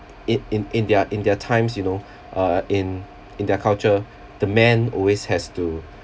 in in in their in their times you know uh in in their culture the man always has to